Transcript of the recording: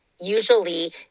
usually